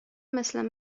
مثل